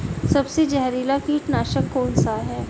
सबसे जहरीला कीटनाशक कौन सा है?